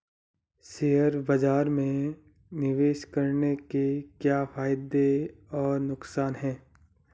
Share बाज़ार में निवेश करने के क्या फायदे और नुकसान हैं?